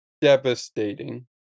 devastating